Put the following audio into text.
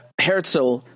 Herzl